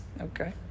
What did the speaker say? okay